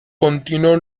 continuó